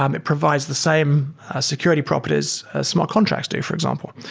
um it provides the same security properties as smart contracts do, for example.